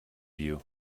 you